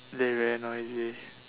they very noisy